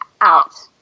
out